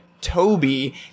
Toby